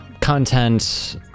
content